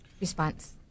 response